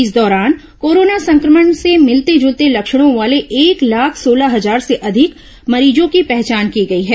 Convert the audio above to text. इस दौरान कोरोना संक्रमण से मिलते जुलते लक्षणों वाले एक लाख सोलह हजार से अधिक मरीजों की पहचान की गई है